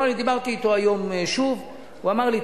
דיברתי אתו היום שוב, והוא אמר לי: